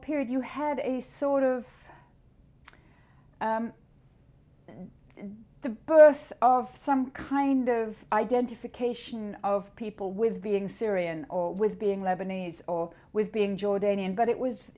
period you had a sort of the birth of some kind of identification of people with being syrian or with being lebanese or with being jordanian but it was